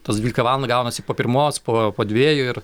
tos dvylika valandą gaunasi po pirmos po po dviejų ir